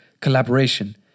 collaboration